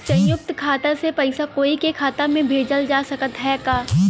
संयुक्त खाता से पयिसा कोई के खाता में भेजल जा सकत ह का?